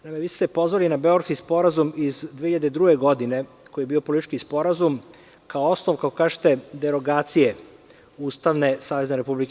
Naime, vi ste pozvali na Beogradski sporazum iz 2002. godine, koji je bio politički sporazum, kao osnov, kako kažete, derogacije ustavne SRJ.